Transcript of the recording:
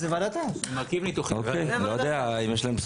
זה ועדת --- אני לא יודע אם יש להם.